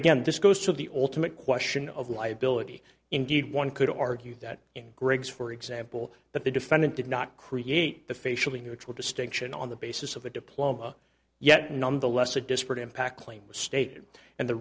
again this goes to the ultimate question of liability indeed one could argue that in greg's for example that the defendant did not create the facially neutral distinction on the basis of a diploma yet nonetheless a disparate impact claim was stated and the